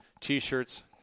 T-shirts